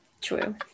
True